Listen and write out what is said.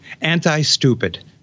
anti-stupid